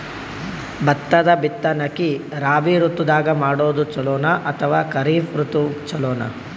ಭತ್ತದ ಬಿತ್ತನಕಿ ರಾಬಿ ಋತು ದಾಗ ಮಾಡೋದು ಚಲೋನ ಅಥವಾ ಖರೀಫ್ ಋತು ಚಲೋನ?